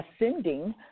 ascending